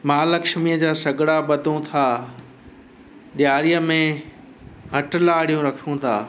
महालक्ष्मीअ जा सॻिड़ा बधूं था ॾियारीअ में हटिलाड़ियूं रखूं था